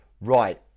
Right